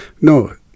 No